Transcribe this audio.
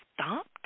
stopped